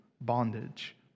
bondage